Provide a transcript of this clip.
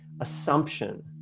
assumption